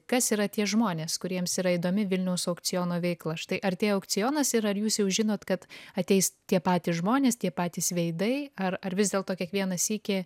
kas yra tie žmonės kuriems yra įdomi vilniaus aukciono veikla štai artėja aukcionas ir ar jūs jau žinot kad ateis tie patys žmonės tie patys veidai ar ar vis dėlto kiekvieną sykį